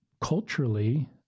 culturally